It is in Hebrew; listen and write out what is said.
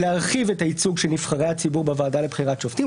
להרחיב את הייצוג של נבחרי הציבור בוועדה לבחירת שופטים,